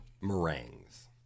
Meringues